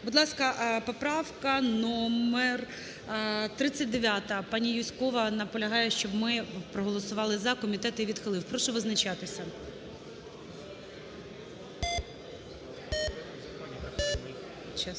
Будь ласка, поправка номер 39. Пані Юзькова наполягає, щоб ми проголосували "за". Комітет її відхилив. Прошу визначатися.